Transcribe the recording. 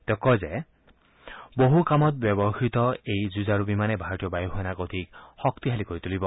তেওঁ কয় যে বহু কামত ব্যৱহৃত এই যুজাঁৰু বিমানে ভাৰতীয় বাযু সেনাক অধিক শক্তিশালী কৰি তুলিব